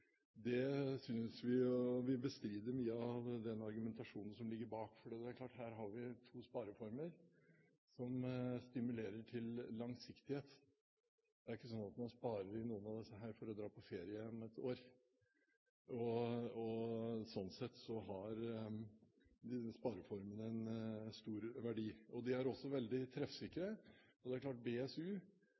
Det synes vi vi bestrider mye av ved den argumentasjonen som ligger bak, for det er klart at her har vi to spareformer som stimulerer til langsiktighet. Det er ikke sånn at man sparer i noen av disse for å dra på ferie om et år, og sånn sett har disse spareformene en stor verdi. De er også veldig treffsikre. Det er klart at BSU